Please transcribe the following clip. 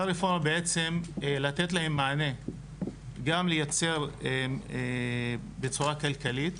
לתת להם מענה גם לייצר בצורה כלכלית,